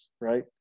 right